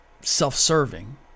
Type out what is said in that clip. self-serving